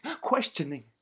questioning